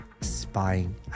spying